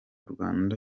rwanda